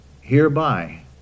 Hereby